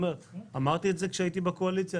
אמרתי את זה כשהייתי בקואליציה,